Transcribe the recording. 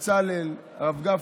בצלאל, הרב גפני,